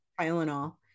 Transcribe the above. Tylenol